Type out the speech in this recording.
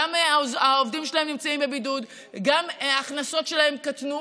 גם העובדים שלהם נמצאים בבידוד וגם ההכנסות שלהם קטנו,